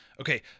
Okay